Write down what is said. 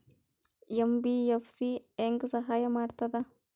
MBFC ಹೆಂಗ್ ಸಹಾಯ ಮಾಡ್ತದ?